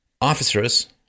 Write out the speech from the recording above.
officers